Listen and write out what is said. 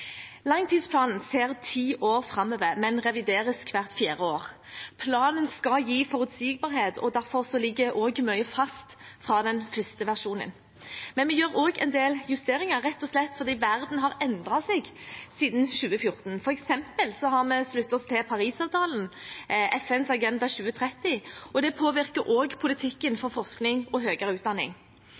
Langtidsplanen ser ti år framover, men revideres hvert fjerde år. Planen skal gi forutsigbarhet, og derfor ligger også mye fast fra den første versjonen. Men vi gjør også en del justeringer, rett og slett fordi verden har endret seg siden 2014. For eksempel har vi sluttet oss til Parisavtalen og FNs Agenda 2030, og det påvirker også politikken for forskning og høyere utdanning.